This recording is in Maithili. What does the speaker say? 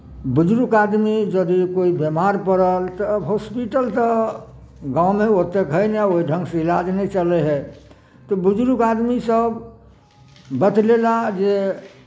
बुजुर्ग आदमी यदि कोइ बीमार पड़ल तब हॉस्पिटल तऽ गाँवमे ओतेक हइ नहि ओहि ढङ्गसँ इलाज नहि चलै हइ तऽ बुजुर्ग आदमीसभ बतलेला जे